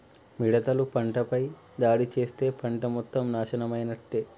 మిడతలు పంటపై దాడి చేస్తే పంట మొత్తం నాశనమైనట్టే